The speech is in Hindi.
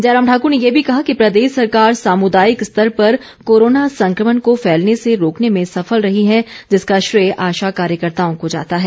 जयराम ठाकूर ने ये भी कहा कि प्रदेश सरकार सामुदायिक स्तर पर कोरोना संक्रमण को फैलने से रोकने में सफल रही है जिसका श्रेय आशा कार्यकर्ताओं को जाता है